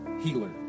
healer